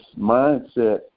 mindset